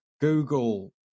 google